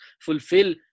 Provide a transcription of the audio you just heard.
fulfill